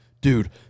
dude